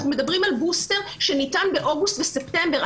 אנחנו מדברים על בוסטר ניתן באוגוסט וספטמבר.